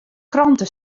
krante